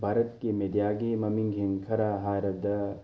ꯚꯥꯔꯠꯀꯤ ꯃꯦꯗꯤꯌꯥꯒꯤ ꯃꯃꯤꯡꯁꯤꯡ ꯈꯔ ꯍꯥꯏꯔꯕꯗ